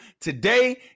today